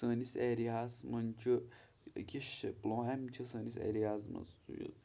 سٲنِس ایرِیا ہَس منٛز چھُ أکِس چھِ پُلوامہِ چھِ سٲنِس ایرِیا ہَس منٛز چھُ یہِ